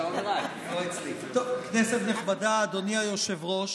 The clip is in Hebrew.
כנסת נכבדה, אדוני היושב-ראש,